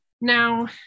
now